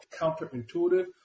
counterintuitive